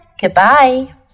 goodbye